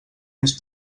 més